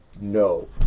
No